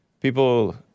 People